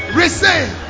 receive